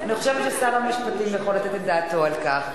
אני חושבת ששר המשפטים יכול לתת את דעתו על כך,